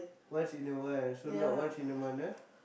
once in a while so not once in a month ah